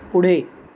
पुढे